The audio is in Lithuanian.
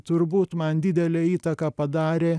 turbūt man didelę įtaką padarė